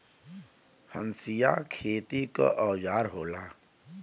हंसिया खेती क औजार होला